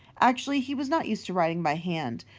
actually he was not used to writing by hand.